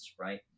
right